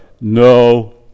No